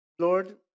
Lord